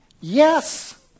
Yes